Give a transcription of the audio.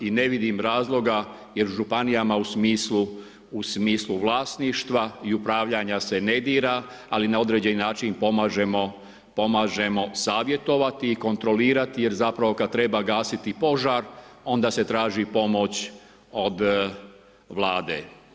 I ne vidim razloga, jer u županijama u smislu vlasništva i upravljanja se ne dira, ali na određeni način pomažemo savjetovati i kontrolirati, jer zapravo kada treba gasiti požar, onda se traži pomoć od vlade.